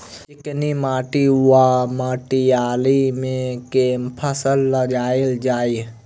चिकनी माटि वा मटीयारी मे केँ फसल लगाएल जाए?